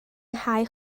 nghae